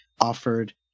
offered